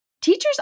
Teachers